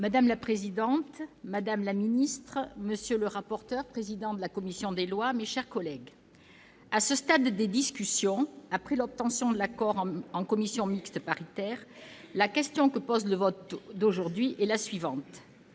Madame la présidente, madame la ministre, monsieur le rapporteur et président de la commission des lois, mes chers collègues, à ce stade des discussions, après l'obtention de l'accord en commission mixte paritaire, le vote d'aujourd'hui nous met